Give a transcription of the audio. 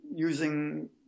using